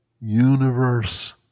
universe